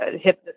hip